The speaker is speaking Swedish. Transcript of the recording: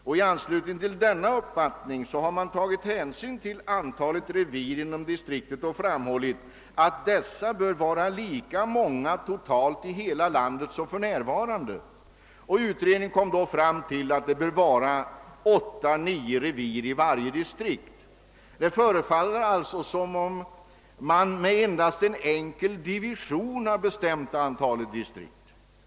Denna uppfattning har också lett till att man anser att antalet revir i hela landet totalt bör vara lika stort som för närvarande. Utredningen kom härigenom fram till att det bör vara 8 å 9 revir i varje distrikt. Det förefaller alltså som om man endast genom en enkel division har bestämt antalet distrikt.